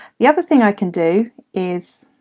the other thing i can do is